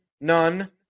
none